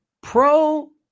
pro